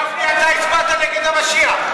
גפני, אתה הצבעת נגד המשיח.